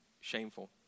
shameful